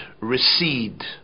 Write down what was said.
recede